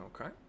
okay